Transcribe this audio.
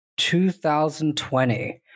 2020